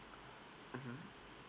mmhmm